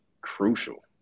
crucial